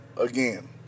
Again